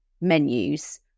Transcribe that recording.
menus